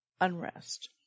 unrest